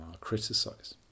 criticize